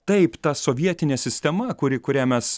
taip ta sovietinė sistema kuri kurią mes